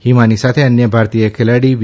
હિમાની સાથે અન્ય ભારતીય ખેલાડી વિ